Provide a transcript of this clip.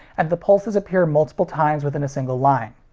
and the pulses appear multiple times within a single line.